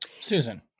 Susan